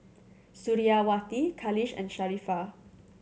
Suriawati Khalish and Sharifah